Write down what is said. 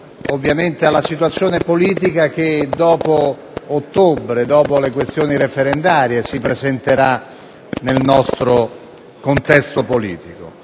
al Paese, alla situazione politica che dopo ottobre, dopo le questioni referendarie, si presenterà nel nostro contesto politico.